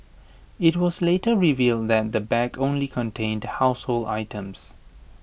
IT was later revealed that the bag only contained household items